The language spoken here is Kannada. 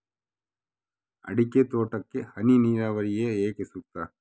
ಅಡಿಕೆ ತೋಟಕ್ಕೆ ಹನಿ ನೇರಾವರಿಯೇ ಏಕೆ ಸೂಕ್ತ?